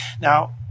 Now